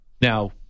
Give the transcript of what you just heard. Now